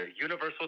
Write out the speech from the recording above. universal